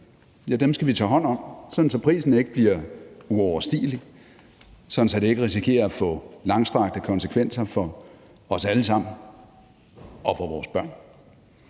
skal vi tage hånd om, sådan at prisen ikke bliver uoverstigelig, og så det ikke risikerer at få langstrakte konsekvenser for os alle sammen og for vores børn.